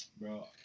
bro